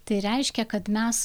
tai reiškia kad mes